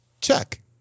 Check